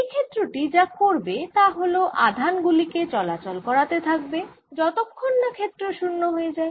এই ক্ষেত্র টি যা করবে তা হল আধান গুলি কে চলাচল করাতে থাকবে যতক্ষণ না ক্ষেত্র শুন্য হয়ে যায়